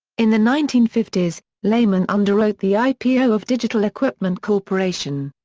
in the nineteen fifty s, lehman underwrote the ipo of digital equipment corporation.